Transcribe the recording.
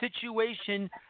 situation